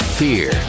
fear